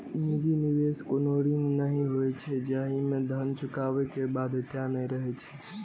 निजी निवेश कोनो ऋण नहि होइ छै, जाहि मे धन चुकाबै के बाध्यता नै रहै छै